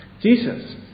Jesus